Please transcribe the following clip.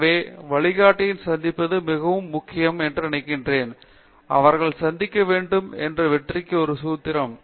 எனவே வழிகாட்டியை சந்திப்பது மிகவும் முக்கியம் என்று நான் நினைக்கவில்லை அவர்கள் சந்திக்க வேண்டும் என்பது வெற்றிக்கு ஒரு சூத்திரம்